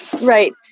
right